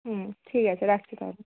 হুম ঠিক আছে রাখছি তাহলে